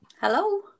hello